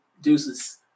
Deuces